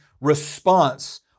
response